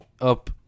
up